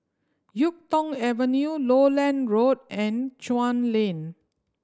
Yuk Tong Avenue Lowland Road and Chuan Lane